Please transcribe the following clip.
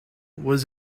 was